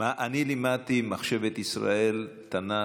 אני לימדתי מחשבת ישראל, תנ"ך,